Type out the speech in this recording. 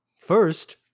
First